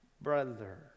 brother